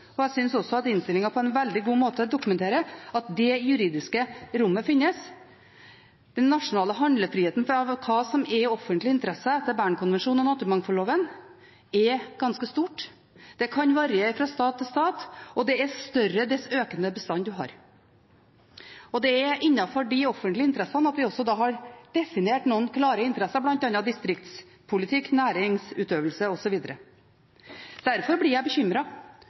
finnes. Jeg synes også at innstillingen på en veldig god måte dokumenterer at det juridiske rommet finnes. Den nasjonale handlefriheten til hva som er offentlige interesser etter Bern-konvensjonen og naturmangfoldloven, er ganske stort. Den kan variere fra stat til stat, og den er større hvis bestanden er økende. Det er innenfor de offentlige interessene vi har definert noen klare interesser, bl.a. distriktspolitikk, næringsutøvelse osv. Derfor blir jeg